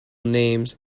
names